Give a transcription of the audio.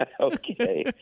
Okay